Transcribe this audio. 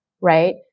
Right